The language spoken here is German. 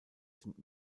sind